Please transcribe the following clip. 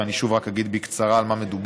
ואני שוב רק אגיד בקצרה על מה מדובר.